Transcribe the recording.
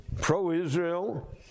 pro-Israel